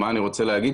מה אני רוצה להגיד?